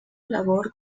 labor